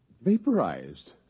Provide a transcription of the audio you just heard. vaporized